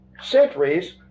centuries